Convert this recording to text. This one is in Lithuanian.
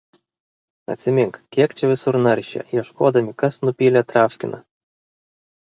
atsimink kiek čia visur naršė ieškodami kas nupylė travkiną